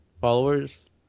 followers